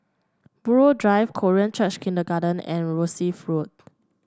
Buroh Drive Korean Church Kindergarten and Rosyth Road